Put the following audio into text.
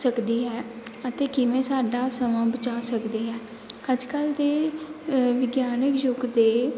ਸਕਦੀ ਹੈ ਅਤੇ ਕਿਵੇਂ ਸਾਡਾ ਸਮਾਂ ਬਚਾ ਸਕਦੀ ਹੈ ਅੱਜ ਕੱਲ੍ਹ ਦੇ ਵਿਗਿਆਨਿਕ ਯੁੱਗ ਦੇ